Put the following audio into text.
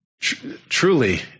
Truly